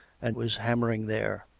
and was hannuering there.